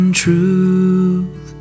truth